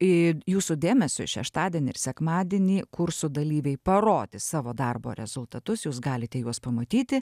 i jūsų dėmesiui šeštadienį ir sekmadienį kursų dalyviai parodys savo darbo rezultatus jūs galite juos pamatyti